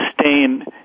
sustain